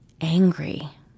angry